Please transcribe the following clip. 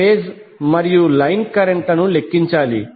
మనము ఫేజ్ మరియు line current లను లెక్కించాలి